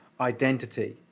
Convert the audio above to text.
identity